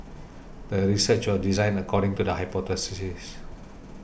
the research was designed according to the hypothesis